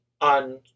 on